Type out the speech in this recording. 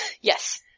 Yes